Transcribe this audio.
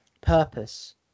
purpose